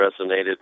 resonated